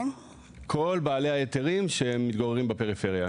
כל בעלי ההיתרים שמתגוררים בפריפריה.